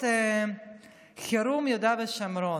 חירום יהודה ושומרון.